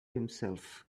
himself